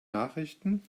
nachrichten